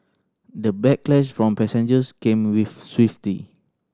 the backlash from passengers came with